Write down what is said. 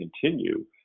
continue